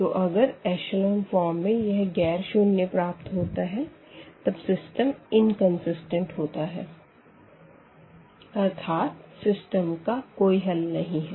तो अगर echelon form में यह ग़ैर शून्य प्राप्त होता है तब सिस्टम इनकंसिस्टेंट होता अर्थात सिस्टम का कोई हल नहीं है